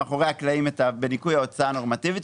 בניכוי ההוצאה הנורמטיבית,